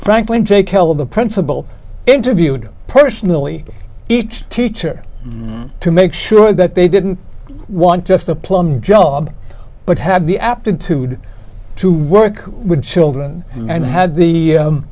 franklin jake held the principal interviewed personally each teacher to make sure that they didn't want just a plum job but have the aptitude to work with children and had the